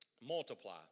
Multiply